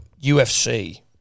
UFC